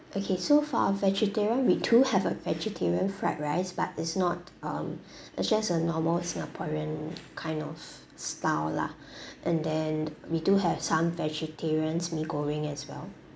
okay so for our vegetarian we do have a vegetarian fried rice but it's not um it's just a normal singaporean kind of style lah and then we do have some vegetarian's mee goreng as well